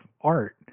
art